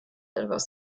etwas